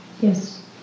yes